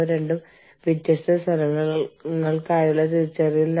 അതിനാൽ എവിടെയാണ് കാര്യങ്ങൾ തെറ്റായി പോകുന്നതെന്ന് കണ്ടെത്തേണ്ടത് വളരെ പ്രധാനമാണ്